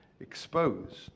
exposed